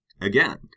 again